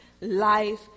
life